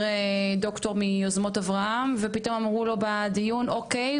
דוקטור מיוזמות אברהם ופתאום אמרו לו בדיון אוקיי,